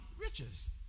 riches